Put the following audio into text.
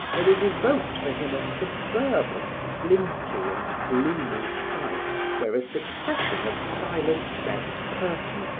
there was evoked for him a suburban, flinty and gloomy site where a succession of silent bent persons,